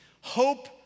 Hope